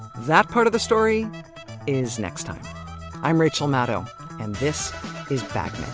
that part of the story is next time i'm rachel maddow, and this is bag